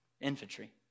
infantry